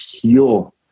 pure